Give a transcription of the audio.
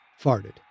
farted